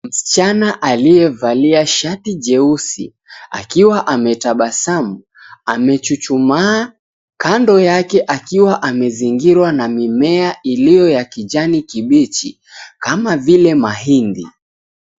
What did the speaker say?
Msichana aliyevalia shati jeusi akiwa anatabasamu amechuchumaa, kando yake akiwa amezingirwa na mimea iliyo ya kijani kibichi kama vile mahindi.